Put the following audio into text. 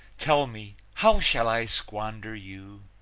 tell me, how shall i squander you?